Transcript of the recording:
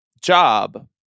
job